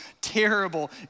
terrible